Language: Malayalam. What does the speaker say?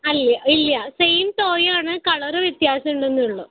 അല്ല ഇല്ല സെയിം ടോയ് ആണ് കളർ വ്യത്യാസം ഉണ്ടെന്നേ ഉള്ളൂ